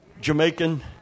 Jamaican